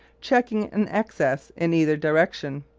checking an excess in either direction.